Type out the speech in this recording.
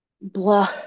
blah